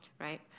right